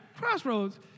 Crossroads